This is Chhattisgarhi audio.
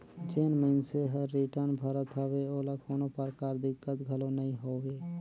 जेन मइनसे हर रिटर्न भरत हवे ओला कोनो परकार दिक्कत घलो नइ होवे